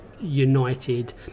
united